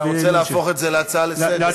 אתה רוצה להפוך את זה להצעה לסדר-היום?